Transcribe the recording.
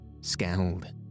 scowled